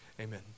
Amen